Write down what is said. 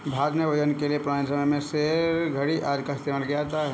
भारत में वजन के लिए पुराने समय के सेर, धडी़ आदि का इस्तेमाल किया जाता था